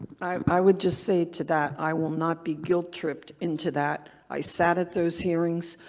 i would just say to that, i will not be guilt tripped into that. i sat at those hearings.